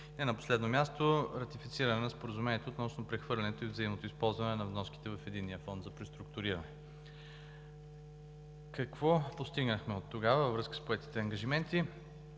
не на последно място ратифициране на Споразумението относно прехвърлянето и взаимното използване на вноски в Единния фонд за преструктуриране. Какво постигнахме оттогава във връзка с поетите ангажименти.